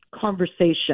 conversation